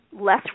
less